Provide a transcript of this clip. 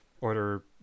Order